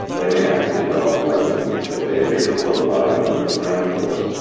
they may have to develop weapons that they had heretofore relied on their friends for.